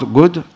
good